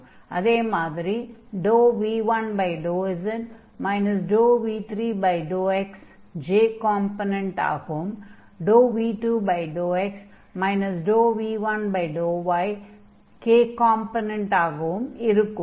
அதே மாதிரி v1∂z v3∂x j component ஆகவும் v2∂x v1∂y k காம்பொனென்ட் ஆகவும் இருக்கும்